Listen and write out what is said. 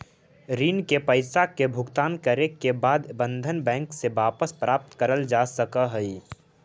ऋण के पईसा के भुगतान करे के बाद बंधन बैंक से वापस प्राप्त करल जा सकऽ हई